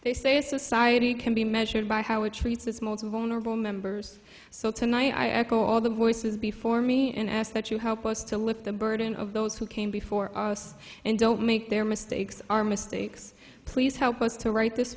they say a society can be measured by how it treats its most vulnerable members so tonight i call the voices before me and ask that you help us to lift the burden of those who came before us and don't make their mistakes our mistakes please help us to right this